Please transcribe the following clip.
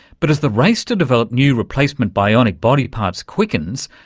but as the race to develop new replacement bionic body parts quickens,